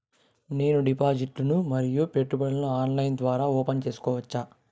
నేను డిపాజిట్లు ను మరియు పెట్టుబడులను ఆన్లైన్ ద్వారా ఓపెన్ సేసుకోవచ్చా?